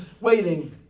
waiting